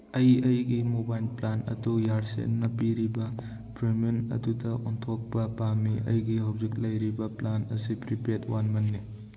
ꯑꯩ ꯑꯩꯒꯤ mobile plan ꯑꯗꯨ ꯏꯌꯥꯔꯁꯦꯜꯅ ꯄꯤꯔꯤꯕ ꯄ꯭ꯔꯤꯃꯤꯌꯝ ꯑꯗꯨꯗ ꯑꯣꯟꯊꯣꯛꯄ ꯄꯥꯝꯃꯤ ꯑꯩꯒꯤ ꯍꯧꯖꯤꯛ ꯂꯩꯔꯤꯕ ꯄ꯭ꯂꯥꯟ ꯑꯁꯤ ꯄ꯭ꯔꯤꯄꯦꯠ ꯋꯥꯟ ꯃꯟꯅꯤ